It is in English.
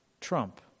trump